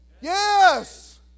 yes